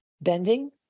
bending